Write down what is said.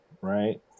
right